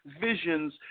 visions